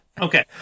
Okay